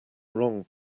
wrong